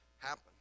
happen